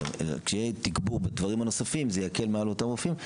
שיהיה תגבור בדברים הנוספים זה יקל מעל אותם רופאים,